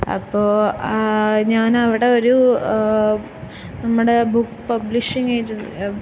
അപ്പോൾ ഞാനവിടെ ഒരു നമ്മുടെ ബുക്ക് പബ്ലിഷിംഗ് എജെന്റ്